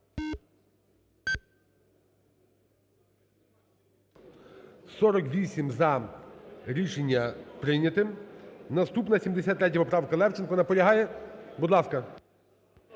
За-48 Рішення не прийнято. Наступна 73 поправка. Левченко наполягає? Будь ласка.